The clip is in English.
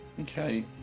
Okay